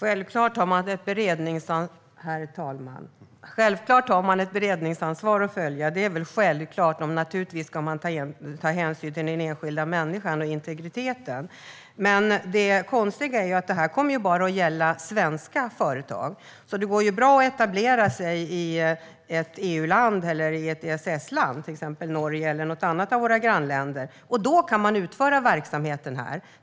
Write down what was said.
Herr talman! Självklart har man ett beredningsansvar, och naturligtvis ska man ta hänsyn till den enskilda människan och integriteten. Men det konstiga är att detta bara kommer att gälla svenska företag. Det går alltså bra att etablera sig i ett EU-land eller ett EES-land, till exempel Norge eller något annat av våra grannländer, och då får man utföra verksamhet här.